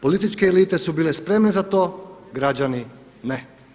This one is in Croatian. Političke elite su bile spremne za to, građani ne.